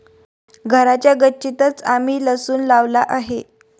घराच्या गच्चीतंच आम्ही लसूण लावला आहे